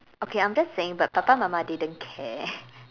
okay I'm just saying but papa mama didn't care